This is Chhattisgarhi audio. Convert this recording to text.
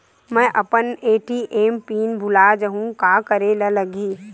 मैं अपन ए.टी.एम पिन भुला जहु का करे ला लगही?